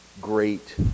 great